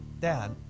Dad